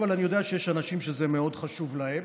אבל אני יודע שיש אנשים שזה מאוד חשוב להם.